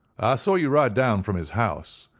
i saw you ride down from his house.